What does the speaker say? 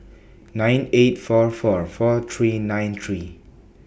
nine eight four four four three nine three